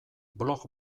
blog